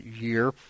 year